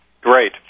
Great